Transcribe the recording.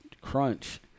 crunch